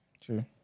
True